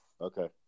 Okay